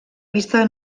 vista